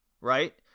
Right